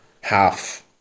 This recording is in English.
half